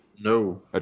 No